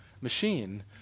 machine